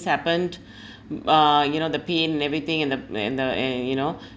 happened uh you know the pain and everything and the and the and you know